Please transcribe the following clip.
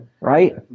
Right